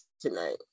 tonight